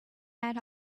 had